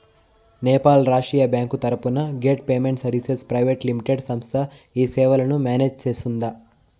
Nepal Rastriya bank తరపున gate payment services private limited సంస్థ ఈ సేవలను మేనేజ్ సేస్తుందా?